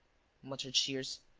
muttered shears.